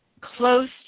close